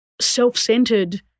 self-centered